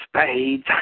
Spades